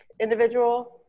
individual